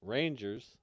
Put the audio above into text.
Rangers